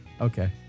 Okay